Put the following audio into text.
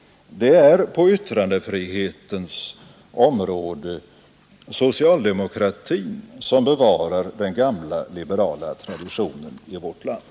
På yttrandefrihetens område är det socialdemokratin som bevarar den gamla liberala traditionen i vårt land.